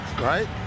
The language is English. right